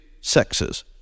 sexes